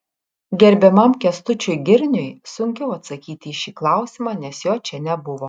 gerbiamam kęstučiui girniui sunkiau atsakyti į šį klausimą nes jo čia nebuvo